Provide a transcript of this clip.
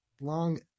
long